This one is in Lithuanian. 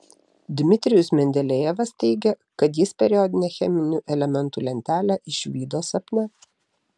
dmitrijus mendelejevas teigė kad jis periodinę cheminių elementų lentelę išvydo sapne